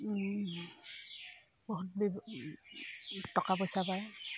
বহুত টকা পইচা পায়